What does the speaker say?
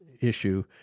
issue